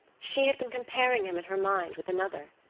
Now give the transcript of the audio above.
she had been comparing him in her mind with another.